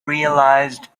realised